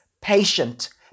patient